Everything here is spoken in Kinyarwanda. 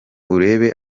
urebe